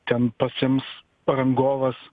ten pasiims rangovas